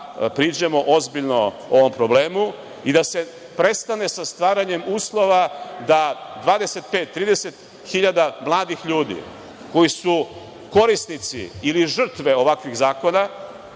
priđemo ozbiljno ovom problemu i da se prestane sa stvaranjem uslova da 25-30 hiljada mladih ljudi koji su korisnici ili žrtve ovakvih zakona